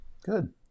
Good